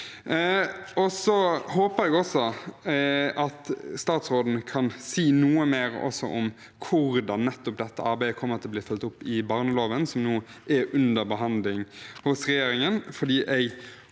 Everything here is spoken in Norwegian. Jeg håper også at statsråden kan si noe mer om hvordan dette arbeidet kommer til å bli fulgt opp i barneloven, som nå er under behandling i regjeringen,